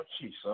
Jesus